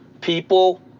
people